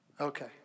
Okay